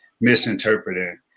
misinterpreting